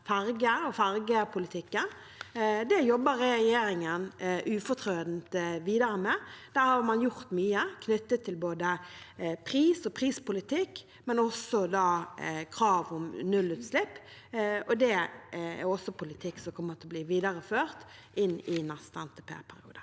ferger og fergepolitikken, og det jobber regjeringen ufortrødent videre med. Her har man gjort mye knyttet til både pris og prispolitikk og også krav om nullutslipp. Det er politikk som kommer til å bli videreført inn i neste NTP-periode.